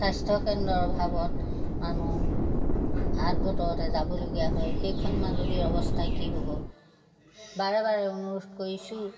স্বাস্থ্যকেন্দ্ৰৰ অভাৱত মানুহ আদ বতৰতে যাবলগীয়া হয় সেইখন মাজুলীৰ অৱস্থা কি হ'ব বাৰে বাৰে অনুৰোধ কৰিছোঁ